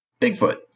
Bigfoot